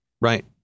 right